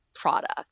product